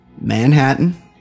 Manhattan